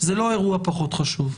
זה לא אירוע פחות חשוב.